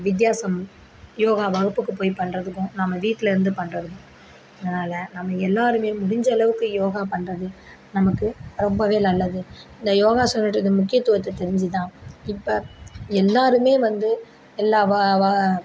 வித்தியாசம் யோகா வகுப்புக்கு போய் பண்ணுறத்துக்கும் நம்ம வீட்லேருந்து பண்ணுறத்துக்கும் அதனால் நம்ம எல்லாருமே முடிஞ்சளவுக்கு யோகா பண்ணுறது நமக்கு ரொம்பவே நல்லது இந்த யோகாசனத்துடைய முக்கியத்துவத்தை தெரிஞ்சுதான் இப்போ எல்லாருமே வந்து எல்லா வ வ